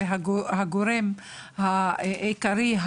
הגורם הראשון והעיקרי,